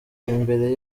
imbere